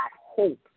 hope